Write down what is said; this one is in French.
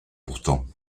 pourtant